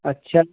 अच्छा